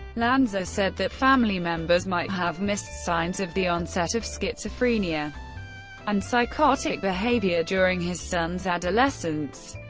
lanza said that family members might have missed signs of the onset of schizophrenia and psychotic behavior during his son's adolescence,